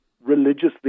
religiously